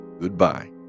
Goodbye